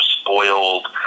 spoiled